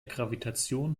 gravitation